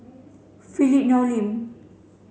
Philip Hoalim